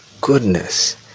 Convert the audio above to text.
Goodness